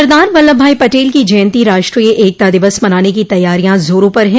सरदार वल्लभ भाई पटेल की जयंती राष्ट्रीय एकता दिवस मनाने की तैयारियां जोरों पर है